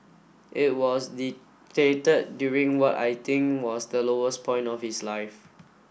it was dictated during what I think was the lowest point of his life